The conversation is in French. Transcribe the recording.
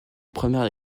première